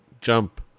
jump